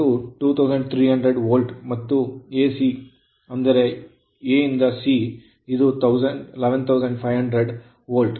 BC 2300 volt ಮತ್ತು AC ಅಂದರೆ A to C ಇದು 11500 ವೋಲ್ಟ್